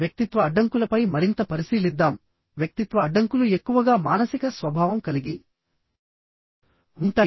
వ్యక్తిత్వ అడ్డంకులపై మరింత పరిశీలిద్దాంవ్యక్తిత్వ అడ్డంకులు ఎక్కువగా మానసిక స్వభావం కలిగి ఉంటాయి